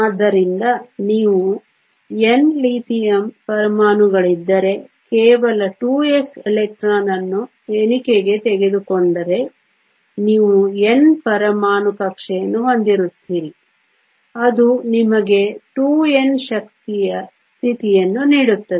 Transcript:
ಆದ್ದರಿಂದ ನೀವು N lithium ಪರಮಾಣುಗಳಿದ್ದರೆ ಕೇವಲ 2s ಎಲೆಕ್ಟ್ರಾನ್ ಅನ್ನು ಎಣಿಕೆಗೆ ತೆಗೆದುಕೊಂಡರೆ ನೀವು N ಪರಮಾಣು ಕಕ್ಷೆಯನ್ನು ಹೊಂದಿರುತ್ತೀರಿ ಅದು ನಿಮಗೆ 2N ಶಕ್ತಿಯ ಸ್ಥಿತಿಯನ್ನು ನೀಡುತ್ತದೆ